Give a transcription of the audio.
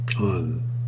on